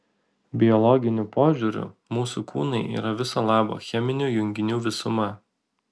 biologiniu požiūriu mūsų kūnai yra viso labo cheminių junginių visuma